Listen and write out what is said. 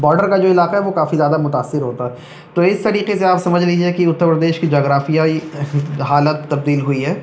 border کا جو علاقہ ہے وہ کافی زیادہ متاثر ہوتا ہے تو اس طریقے سے آپ سمجھ لیجیے کہ اتر پردیش کی جغرافیائی حالات تبدیل ہوئی ہے